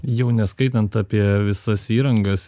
jau neskaitant apie visas įrangas